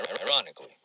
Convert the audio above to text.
Ironically